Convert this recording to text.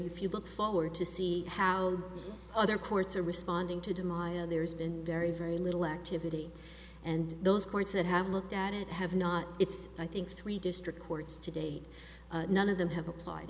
if you look forward to see how other courts are responding to demaio there's been very very little activity and those courts that have looked at it have not it's i think three district courts to date none of them have